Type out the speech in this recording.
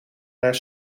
naar